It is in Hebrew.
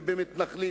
ובמתנחלים גם,